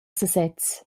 sesez